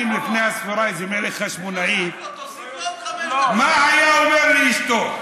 מה היה אומר לאשתו?